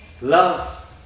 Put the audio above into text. Love